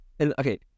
Okay